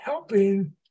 Helping